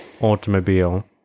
automobile